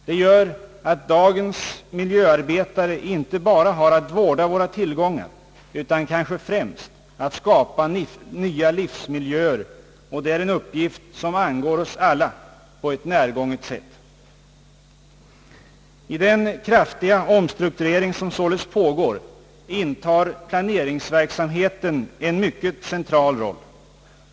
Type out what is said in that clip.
Det gör att dagens miljöarbetare inte bara har till uppgift att vårda våra tillgångar utan kanske främst att skapa nya livsmiljöer, och det är en uppgift som angår oss alla på ett närgånget sätt, politiker och samhällsbyggare av alla slag samt inte minst den stora allmänhet som skall använda sig av de stora tätortsområdena. I den kraftiga omstrukturering som således pågår intar planeringsverksamheten en mycket central roll.